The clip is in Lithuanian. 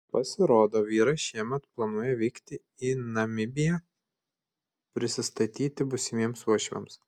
pasirodo vyras šiemet planuoja vykti į namibiją prisistatyti būsimiems uošviams